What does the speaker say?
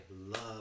love